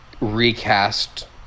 recast